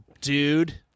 dude